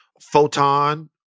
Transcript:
Photon